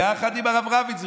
יחד עם הרב רביץ ז"ל,